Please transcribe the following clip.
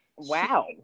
wow